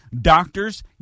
doctors